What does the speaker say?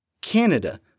Canada